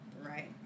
Right